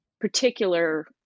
particular